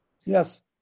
Yes